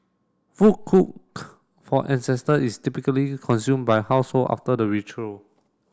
food cooked for ancestor is typically consume by household after the ritual